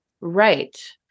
Right